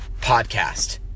Podcast